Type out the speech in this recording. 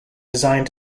designed